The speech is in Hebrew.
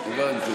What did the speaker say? הבנתי,